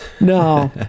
No